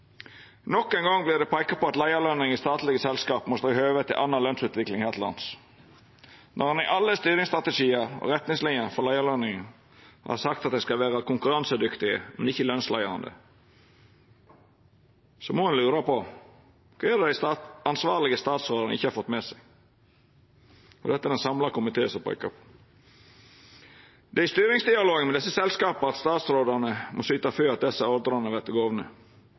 Nok ein gong vert det peika på at leiarløningar i statlege selskap må stå i høve til anna lønsutvikling her til lands. Når ein i alle styringsstrategiar og retningslinjer for leiarløningane har sagt at dei skal vera konkurransedyktige, men ikkje lønsleiande, må ein lura på: Kva er det dei ansvarlege statsrådane ikkje har fått med seg? Og dette er det ein samla komité som peikar på. Det er i styringsdialogen med desse selskapa statsrådane må syta for at desse ordrane vert